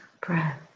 breath